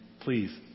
please